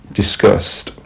discussed